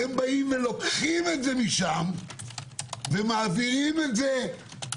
אתם לוקחים את זה משם ומעבירים את זה בכוונת